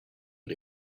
but